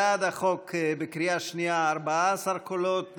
בעד החוק בקריאה שנייה 14 קולות,